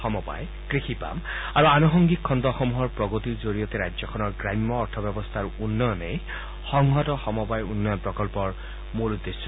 সমবায় কৃষি পাম আৰু আনুসংগিক খণ্ডসমূহৰ প্ৰগতিৰ জৰিয়তে ৰাজ্যখনৰ গ্ৰাম্য অৰ্থব্যৱস্থাৰ উন্নয়নে সংহত সমবায় উন্নয়ন প্ৰকন্পৰ মূল উদ্দেশ্য